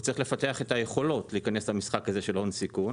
הוא צריך לפתח את היכולות להיכנס למשחק הזה של הון סיכון.